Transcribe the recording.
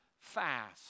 fast